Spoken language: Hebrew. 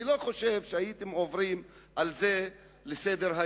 אני לא חושב שהייתם עוברים על זה לסדר-היום.